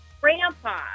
grandpa